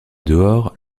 dehors